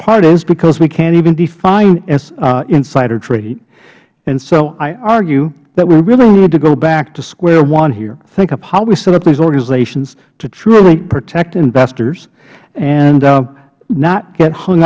part is because we can't even define insider trading and so i argue that we really need to go back to square one here think of how we set up these organizations to truly protect investors and not get hung